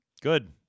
Good